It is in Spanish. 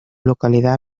localidad